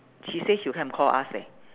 she say she'll come and call us leh